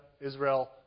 Israel